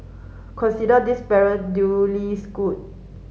consider this parent duly schooled